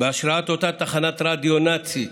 אותה תחנת רדיו נאצית